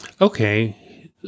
Okay